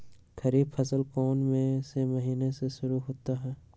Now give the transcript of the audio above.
खरीफ फसल कौन में से महीने से शुरू होता है?